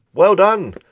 well done.